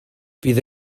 fydd